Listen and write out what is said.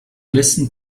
listen